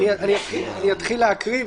אני אתחיל להקריא,